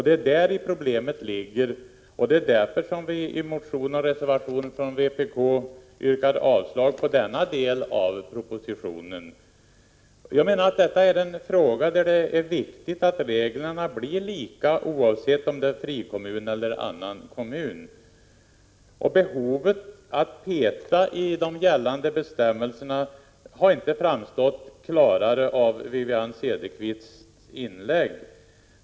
Det är däri problemet ligger, och det är därför som vi i motion och reservation från vpk yrkar avslag på denna del av propositionen. Jag menar att detta är en fråga, där det är viktigt att reglerna blir lika oavsett om det är en frikommun eller en annan kommun. Behovet att peta i de gällande bestämmelserna har inte framstått klarare av Wivi-Anne Cederqvists inlägg.